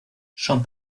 son